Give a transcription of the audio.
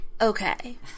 okay